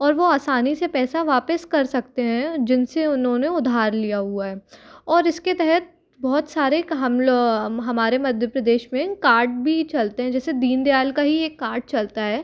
और वो आसानी से पैसा वापस कर सकते हैं जिन से उन्होंने उधार लिया हुआ है और इसके तहत बहुत सारे हम हमारे मध्य प्रदेश में कार्ड भी चलते हैं जैसे दीन दयाल का ही एक कार्ड चलता है